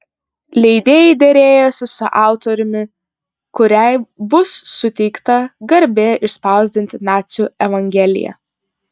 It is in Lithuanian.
leidėjai derėjosi su autoriumi kuriai bus suteikta garbė išspausdinti nacių evangeliją